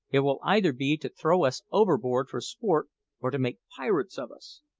it will either be to throw us overboard for sport or to make pirates of us.